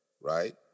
right